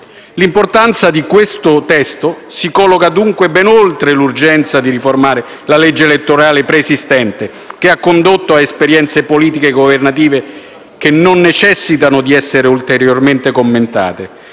L'importanza di questo testo si colloca dunque ben oltre l'urgenza di riformare la legge elettorale preesistente, che ha condotto ad esperienze politico-governative che non necessitano di essere ulteriormente commentate.